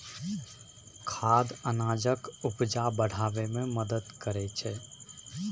खाद अनाजक उपजा बढ़ाबै मे मदद करय छै